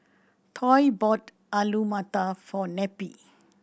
Toy bought Alu Matar for Neppie